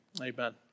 Amen